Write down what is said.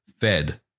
fed